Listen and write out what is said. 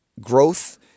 growth